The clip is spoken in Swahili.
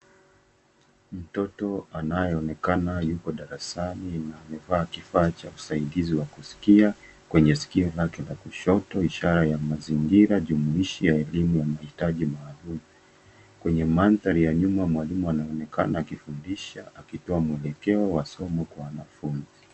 Mtoto anayeonekana yuko darasani na amevaa kifaa cha usaidizi wa kusikia kwenye sikio lake la kushoto ishara ya mazingira jumuhishi ya elimu ya mahitaji maalum. Kwenye mandhari ya nyuma mwalimu anaonekana akifundisha akitoa mwelekeo wa somo kwa wanfunzi.